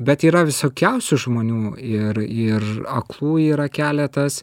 bet yra visokiausių žmonių ir ir aklų yra keletas